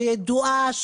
שידועה,